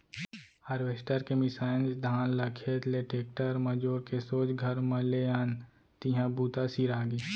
harvester के मिंसाए धान ल खेत ले टेक्टर म जोर के सोझ घर म ले आन तिहॉं बूता सिरागे